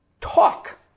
talk